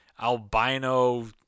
albino